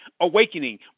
awakening